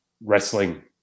wrestling